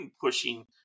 pushing